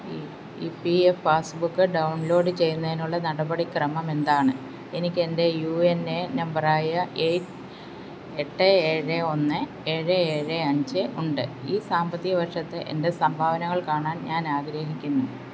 E E P F passbook download ചെയ്യുന്നതിനുള്ള നടപടിക്രമം എന്താണ് എനിക്ക് എന്റെ യു എൻ എ നമ്പർ ആയ എയ്റ്റ് എട്ട് ഏഴ് ഒന്ന് ഏഴ് ഏഴ് അഞ്ച് ഉണ്ട് ഈ സാമ്പത്തിക വർഷത്തെ എന്റെ സംഭാവനകൾ കാണാൻ ഞാൻ ആഗ്രഹിക്കുന്നു